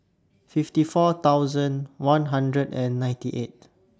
fifty four thousand one hundred and ninety eight